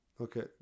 Okay